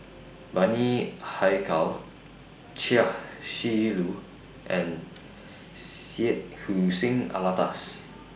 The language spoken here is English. Bani Haykal Chia Shi Lu and Syed Hussein Alatas